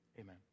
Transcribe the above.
amen